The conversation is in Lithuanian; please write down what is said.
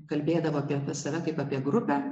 kalbėdavo apie save kaip apie grupę